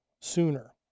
sooner